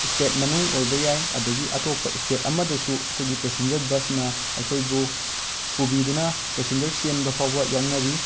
state ꯃꯅꯨꯡ ꯑꯣꯏꯕ ꯌꯥꯏ ꯑꯗꯒꯤ ꯑꯇꯣꯞꯄ ꯏꯁꯇꯦꯠ ꯑꯃꯗꯁꯨ ꯑꯩꯈꯣꯏꯒꯤ ꯄꯦꯁꯦꯟꯖꯔ ꯕꯁꯅ ꯑꯩꯈꯣꯏꯕꯨ ꯄꯨꯕꯤꯗꯨꯅ ꯄꯦꯁꯦꯟꯖꯔ ꯆꯦꯟꯕ ꯐꯥꯎꯕ ꯌꯥꯎꯅꯔꯤ